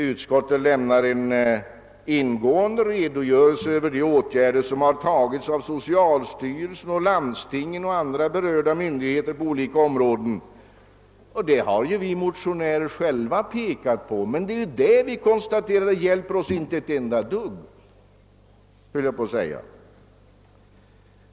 Utskottet lämnar en ingående redogörelse för de åtgärder som vidtagits av socialstyrelsen, landstingen och andra berörda myndigheter, och det har vi motionärer själva också framhållit. Men vi har ju konstaterat att detta inte hjälper oss ett dugg.